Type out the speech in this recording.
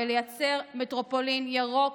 ולייצר מטרופולין ירוק,